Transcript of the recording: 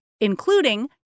including